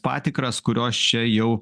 patikras kurios čia jau